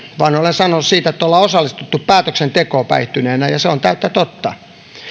vaan olen sanonut siitä että ollaan osallistuttu päätöksentekoon päihtyneenä ja se on täyttä totta